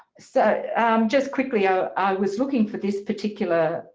so just quickly ah i was looking for this particular.